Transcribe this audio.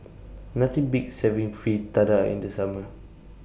Nothing Beats having Fritada in The Summer